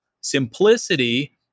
simplicity